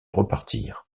repartirent